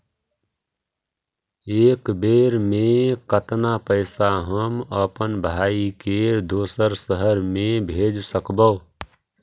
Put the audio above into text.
एक बेर मे कतना पैसा हम अपन भाइ के दोसर शहर मे भेज सकबै?